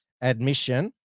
Admission